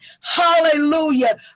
hallelujah